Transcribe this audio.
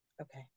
Okay